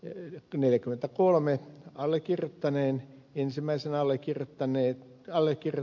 löydetty neljäkymmentäkolme allekirjoittaneen ensimmäisen allekirjoittaneet allekirjo